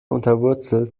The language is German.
unterwurzelt